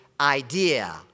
idea